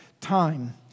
time